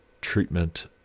treatment